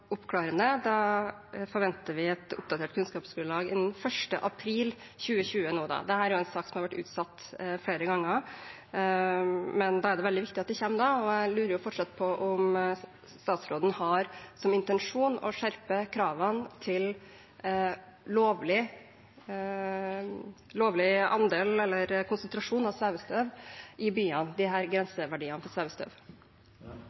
oppklarende. Da forventer vi nå et oppdatert kunnskapsgrunnlag innen 1. april 2020. Dette er jo en sak som har vært utsatt flere ganger, men da er det veldig viktig at det kommer da. Og jeg lurer fortsatt på om statsråden har som intensjon å skjerpe kravene til lovlig andel, eller konsentrasjon, av svevestøv i byene, altså disse grenseverdiene for svevestøv? Jeg kan love at alle de